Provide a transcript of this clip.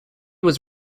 was